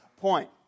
point